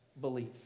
belief